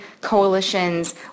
coalitions